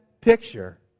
picture